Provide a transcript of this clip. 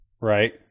right